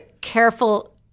careful